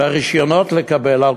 ולקבל רישיונות,